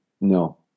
No